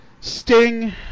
Sting